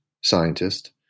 scientist